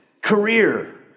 career